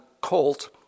colt